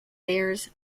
bears